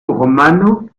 romano